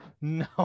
No